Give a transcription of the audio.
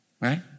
right